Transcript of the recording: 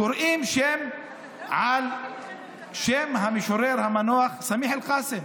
קוראים על שם המשורר המנוח סמיח אל-קאסם.